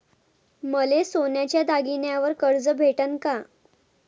मले सोन्याच्या दागिन्यावर कर्ज भेटन का?